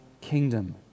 kingdom